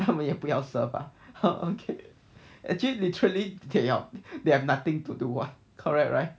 他们也不要 serve !huh! okay actually literally they 要 they have nothing to do [what] correct right